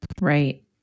Right